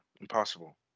Impossible